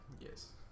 Yes